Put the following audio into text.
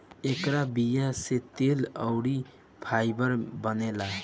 एकरा बीया से तेल अउरी फाइबर बनेला